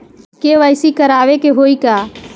KYC करावे के होई का?